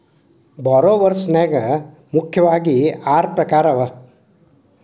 ಭಾರೊವರ್ಸ್ ನ್ಯಾಗ ಮುಖ್ಯಾವಗಿ ಆರು ಪ್ರಕಾರವ